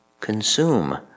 consume